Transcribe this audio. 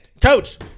coach